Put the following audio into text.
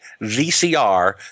VCR